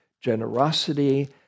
generosity